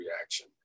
reaction